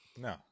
No